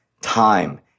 time